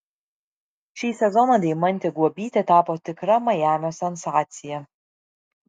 šį sezoną deimantė guobytė tapo tikra majamio sensacija